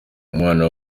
umwana